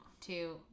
two